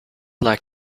like